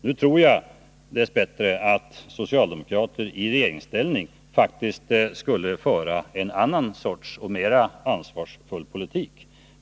Nu tror jag dess bättre att socialdemokrater i regeringsställning faktiskt skulle föra en annan och mera ansvarsfull politik.